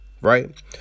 Right